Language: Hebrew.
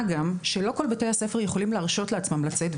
מה גם לא כל בתי הספר יכולים להרשות לעצמם לצאת.